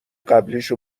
قبلیشو